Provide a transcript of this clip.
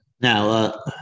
Now